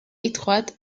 étroite